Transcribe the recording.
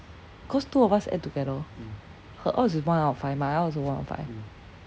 cause two of us add together her odds is one out of five my one also one out of five